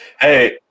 Hey